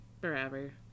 Forever